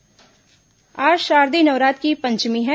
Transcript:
नवरात्र पंचमी आज शारदेय नवरात्र की पंचमी है